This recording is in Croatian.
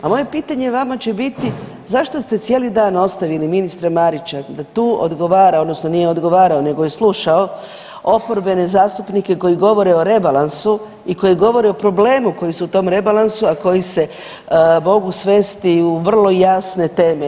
A moje pitanje vama će biti, zašto ste cijeli dan ostavili ministra Marića da tu odgovara odnosno nije odgovarao nego je slušao oporbene zastupnike koji govore o rebalansu i koji govore o problemu koji su u tom rebalansu, a koji se mogu svesti u vrlo jasne teme.